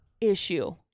issue